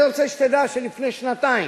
אני רוצה שתדע שלפני שנתיים,